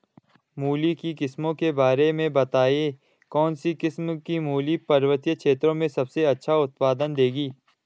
मूली की किस्मों के बारे में बताइये कौन सी किस्म की मूली पर्वतीय क्षेत्रों में सबसे अच्छा उत्पादन देंगी?